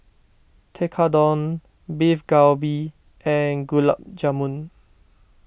Tekkadon Beef Galbi and Gulab Jamun